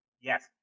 Yes